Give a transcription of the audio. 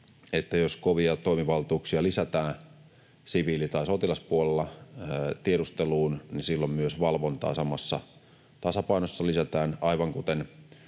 jos kovia toimivaltuuksia lisätään siviili- tai sotilaspuolella tiedusteluun, niin silloin lisätään myös valvontaa samassa tasapainossa, aivan kuten